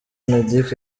mineduc